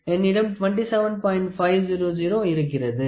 500 இருக்கிறது